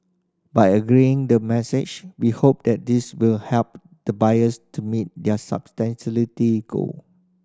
by aggregating the masses we hope that this will help the buyers to meet their sustainability goal